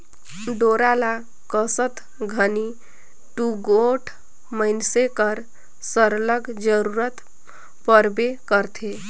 डोरा ल कसत घनी दूगोट मइनसे कर सरलग जरूरत परबे करथे